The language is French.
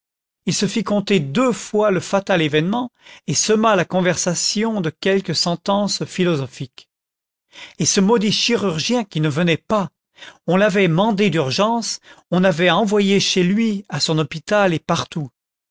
ii se fit conter deux fois le fatal événement et sema la conversation de quelques sentences philosophiques et ce maudit chirurgien qui ne venait pas n l'avait mandé d'urgence on avait envoyé chez lui à son hôpital et partout